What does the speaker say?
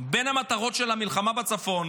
בין המטרות של המלחמה בצפון